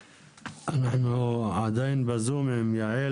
אנחנו עדיין בזום עם יעל